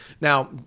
Now